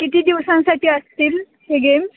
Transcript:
किती दिवसांसाठी असतील हे गेम